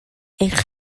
eich